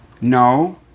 No